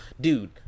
dude